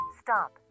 Stop